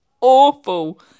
awful